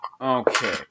Okay